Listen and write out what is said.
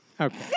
Okay